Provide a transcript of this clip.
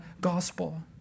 gospel